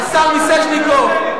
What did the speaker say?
מיסז'ניקוב,